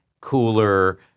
cooler